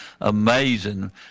amazing